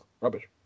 rubbish